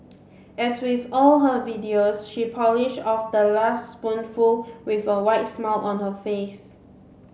as with all her videos she polished off the last spoonful with a wide smile on her face